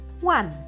One